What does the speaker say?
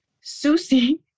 Susie